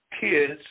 kids